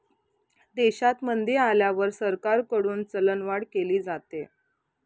देशात मंदी आल्यावर सरकारकडून चलनवाढ केली जाते